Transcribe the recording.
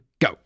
Go